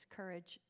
courage